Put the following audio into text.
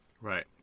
Right